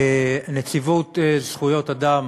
לנציבות זכויות אדם